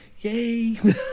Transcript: yay